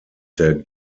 der